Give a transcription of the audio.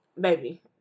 baby